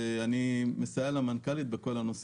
אני מסייע למנכ"לית בכל הנושא.